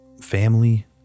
family